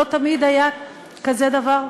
לא תמיד היה כזה דבר.